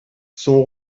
son